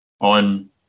on